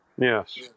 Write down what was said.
Yes